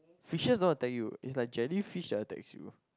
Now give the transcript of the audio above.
fishes not attack you it's like jellyfish attacks you